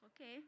Okay